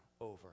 over